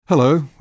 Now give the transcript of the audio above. Hello